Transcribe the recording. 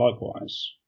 likewise